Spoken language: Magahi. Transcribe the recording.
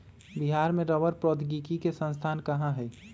बिहार में रबड़ प्रौद्योगिकी के संस्थान कहाँ हई?